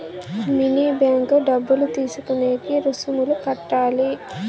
mini bank డబ్బులు తీసుకునేకి రుసుములు కట్టాలి